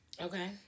Okay